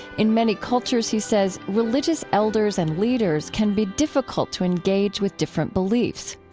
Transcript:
in many cultures, he says, religious elders and leaders can be difficult to engage with different beliefs.